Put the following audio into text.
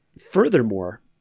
furthermore